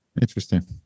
Interesting